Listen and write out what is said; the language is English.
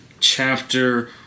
chapter